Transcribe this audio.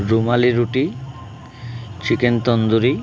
রুমালি roti chicken tandoori